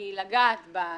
כי לגעת בטייקונים,